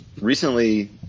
Recently